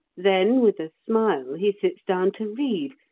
then with a smile he sits down to read.